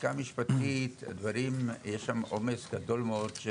בלשכה המשפטית יש עומס גדול מאוד.